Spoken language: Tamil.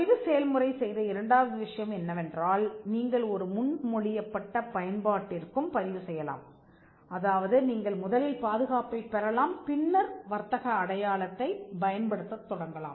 பதிவு செயல்முறை செய்த இரண்டாவது விஷயம் என்னவென்றால் நீங்கள் ஒரு முன்மொழியப்பட்ட பயன்பாட்டிற்கும் பதிவு செய்யலாம் அதாவது நீங்கள் முதலில் பாதுகாப்பைப் பெறலாம் பின்னர் வர்த்தக அடையாளத்தை பயன்படுத்தத் தொடங்கலாம்